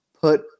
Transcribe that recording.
put